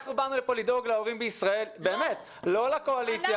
אנחנו באנו לכאן לדאוג להורים בישראל ולא לקואליציה.